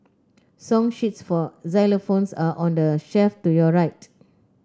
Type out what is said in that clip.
song sheets for xylophones are on the shelf to your right